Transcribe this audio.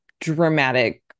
dramatic